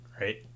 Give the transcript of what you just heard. Right